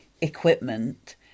equipment